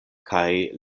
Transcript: kaj